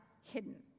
hidden